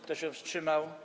Kto się wstrzymał?